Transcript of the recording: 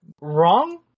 wrong